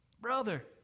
Brother